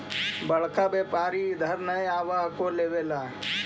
बड़का व्यापारि इधर नय आब हको लेबे ला?